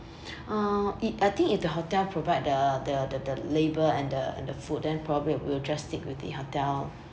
ah it I think if the hotel provide the the the labour and the and the food then probably we will just stick with the hotel